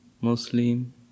Muslim